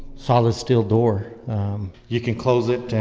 solid steel door you can close it.